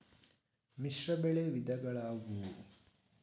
ಮಿಶ್ರಬೆಳೆ ವಿಧಗಳಾವುವು?